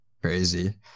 crazy